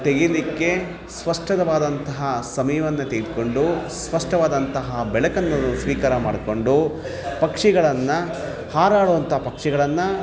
ತೆಗಿಲಿಕ್ಕೆ ಸ್ಪಷ್ಟದವಾದಂತಹ ಸಮಯವನ್ನು ತೆಗೆದುಕೊಂಡು ಸ್ಪಷ್ಟವಾದಂತಹ ಬೆಳಕನ್ನು ಸ್ವೀಕಾರ ಮಾಡಿಕೊಂಡು ಪಕ್ಷಿಗಳನ್ನು ಹಾರಾಡುವಂಥ ಪಕ್ಷಿಗಳನ್ನು